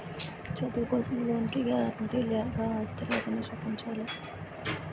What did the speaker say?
చదువు కోసం లోన్ కి గారంటే గా ఆస్తులు ఏమైనా చూపించాలా?